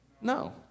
No